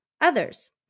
others